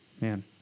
man